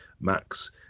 Max